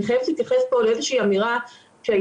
אני חייבת להתייחס פה לאיזה שהיא אמירה שהייתה,